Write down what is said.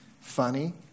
funny